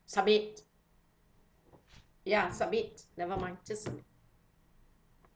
submit ya submit never mind just